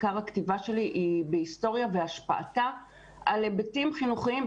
עיקר הכתיבה שלי הוא בהיסטוריה והשפעתה על היבטים חינוכיים,